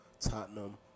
Tottenham